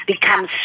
become